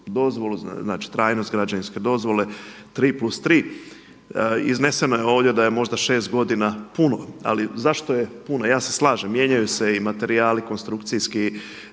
dozvolu, znači trajnost građevinske dozvole tri plus tri. Izneseno je ovdje da je možda šest godina puno, ali zašto je puno, ja se slažem mijenjaju se i materijali konstrukciji,